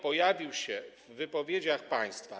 pojawił się w wypowiedziach państwa.